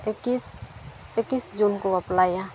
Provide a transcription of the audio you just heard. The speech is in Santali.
ᱮᱠᱤᱥ ᱮᱠᱤᱥ ᱡᱩᱱ ᱠᱚ ᱵᱟᱯᱞᱟᱭᱮᱭᱟ